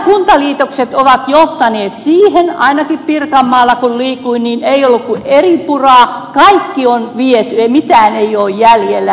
nämä kuntaliitokset ovat johtaneet siihen ainakin pirkanmaalla kun liikuin että ei ollut kuin eripuraa kaikki on viety mitään ei ole jäljellä